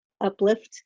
uplift